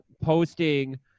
posting